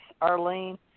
Arlene